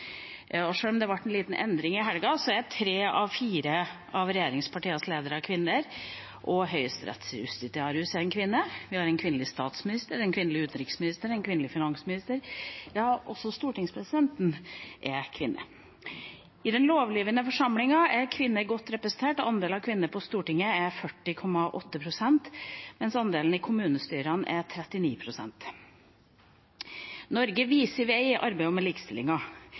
50/50. Sjøl om det ble en liten endring i helgen, er tre av fire av regjeringspartienes ledere kvinner. Høyesterettsjustitiarius er også en kvinne. Vi har kvinnelig statsminister, kvinnelig utenriksminister, kvinnelig finansminister. Ja, også stortingspresidenten er kvinne. I den lovgivende forsamlingen er kvinner godt representert – andelen kvinner på Stortinget er 40,8 pst., og andelen i kommunestyrene er 39 pst. Norge viser vei i arbeidet med